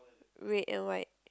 red and white